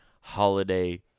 holiday